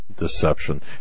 Deception